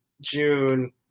June